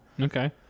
Okay